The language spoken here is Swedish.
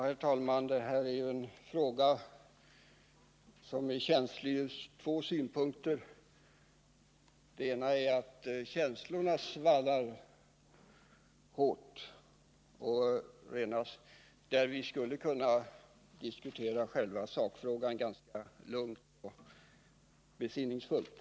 Herr talman! Det gäller här en fråga som är känslig ur två synpunkter. För det första är det så att känslorna svallar högt även när vi skulle kunna diskutera själva sakfrågan ganska lugnt och besinningsfullt.